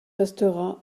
restera